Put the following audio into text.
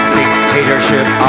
dictatorship